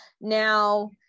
Now